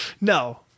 No